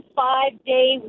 five-day